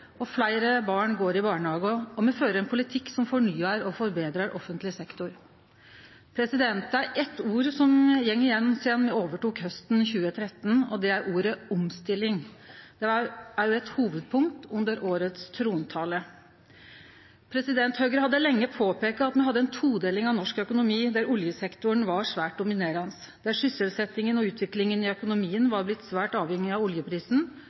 fleire barn går i barnehage, og me fører ein politikk som fornyar og forbetrar offentleg sektor. Det er eitt ord som har gått igjen sidan me tok over hausten 2013, og det er ordet «omstilling». Det var òg eit hovudpunkt under årets trontale. Høgre hadde lenge peika på at me hadde ei todeling av norsk økonomi, der oljesektoren var svært dominerande, der sysselsetjinga og utviklinga i økonomien var blitt svært avhengig av oljeprisen,